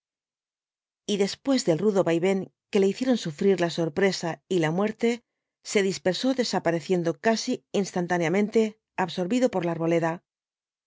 y después del rudo vaivén que le hicieron sufrir la sorpresa y la muerte se dispersó desapareciendo casi instantáneamente absorbido por la arboleda